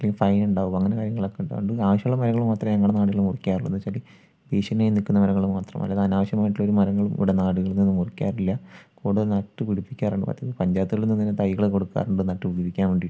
ഇല്ലെങ്കിൽ ഫൈൻ ഉണ്ടാവും അങ്ങനെയുള്ള കാര്യങ്ങളൊക്കെ ഉണ്ട് അതുകൊണ്ട് ആവശ്യമുള്ള മരങ്ങൾ മാത്രമേ ഞങ്ങടെ നാട്ടില് മുറിക്കാറുള്ളൂ എന്താന്ന് വെച്ചാല് ഭീഷണിയായി നിൽക്കുന്ന മരങ്ങള് മാത്രം അല്ലാതെ അനാവശ്യമായിട്ടുള്ള ഒരു മരങ്ങളും ഇവിടെ നാടുകളിൽ നിന്ന് മുറിക്കാറില്ല പൊതുവേ നട്ടുപിടിപ്പിക്കാറാണ് പതിവ് പഞ്ചായത്തുകളിൽ നിന്നുതന്നെ തൈകള് കൊടുക്കാറുണ്ട് നട്ടുപിടിപ്പിക്കാൻ വേണ്ടീട്ട്